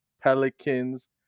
Pelicans